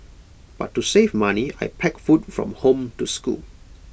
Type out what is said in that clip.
but to save money I packed food from home to school